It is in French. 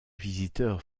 visiteurs